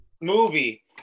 movie